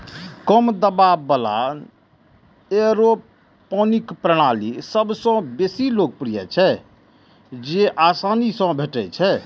कम दबाव बला एयरोपोनिक प्रणाली सबसं बेसी लोकप्रिय छै, जेआसानी सं भेटै छै